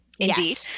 indeed